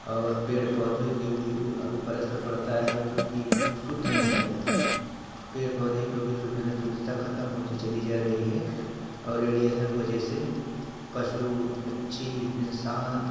और पेड़ पौधे के भी ऊ ऊपर असर पड़ता है क्योंकि वो शुद्ध नहीं रह जाते पेड़ पौधे को भी सुधना शुद्धता खत्म होती चली जा रही है और रेडिएसन वजह पशु पक्षी इन्सान